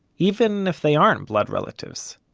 even if they aren't blood relatives.